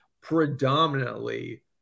predominantly